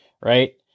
Right